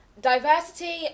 diversity